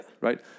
Right